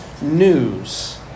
news